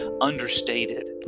understated